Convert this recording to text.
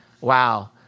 wow